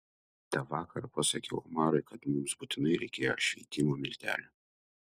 tą vakarą pasakiau omarui kad mums būtinai reikėjo šveitimo miltelių